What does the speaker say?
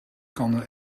kan